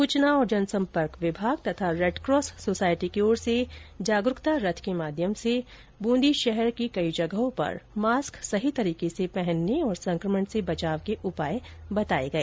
सुचना और जन संपर्क विभाग तथा रेडक्रास सोसायटी की ओर से जागरूकता रथ के माध्यम से बूंदी शहर की कई जगहों पर मास्क सही तरीके से पहनने तथा संक्रमण से बचाव के उपाए बताए गए